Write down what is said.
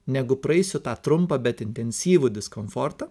negu praeisiu tą trumpą bet intensyvų diskomfortą